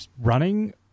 running